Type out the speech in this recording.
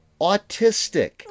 autistic